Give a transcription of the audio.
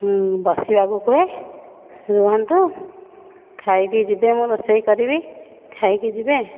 ମୁଁ ବସିବାକୁ କୁହେ ରୁହନ୍ତୁ ଖାଇକି ଯିବେ ମୁଁ ରୋଷେଇ କରିବି ଖାଇକି ଯିବେ